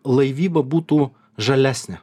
laivyba būtų žalesnė